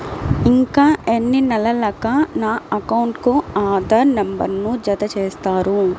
ఇంకా ఎన్ని నెలలక నా అకౌంట్కు ఆధార్ నంబర్ను జత చేస్తారు?